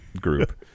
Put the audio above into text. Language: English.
group